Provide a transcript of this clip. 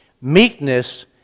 Meekness